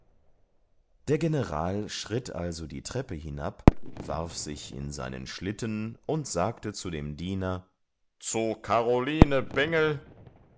der general schritt also die treppe hinab warf sich in seinen schlitten und sagte zu dem diener zu karoline bengel